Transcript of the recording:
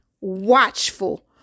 watchful